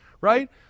right